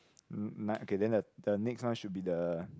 okay then the the next one should be the